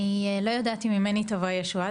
אני לא יודעת אם ממני תבוא הישועה,